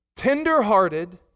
Tender-hearted